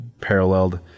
paralleled